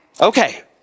Okay